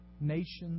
nations